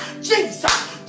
Jesus